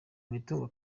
imitungo